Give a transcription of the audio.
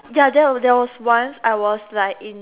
ya there was there was once I was like in